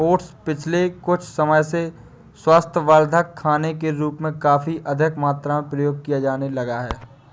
oats पिछले कुछ समय से स्वास्थ्यवर्धक खाने के रूप में काफी अधिक मात्रा में प्रयोग किया जाने लगा है